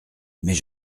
mais